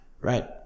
right